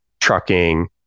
trucking